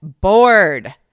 bored